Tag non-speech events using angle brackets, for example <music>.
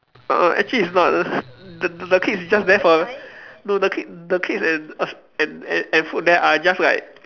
err actually it's not <noise> the the cake is just there for no the cake the cake and us and and and food there are just like